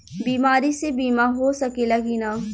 बीमारी मे बीमा हो सकेला कि ना?